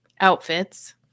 outfits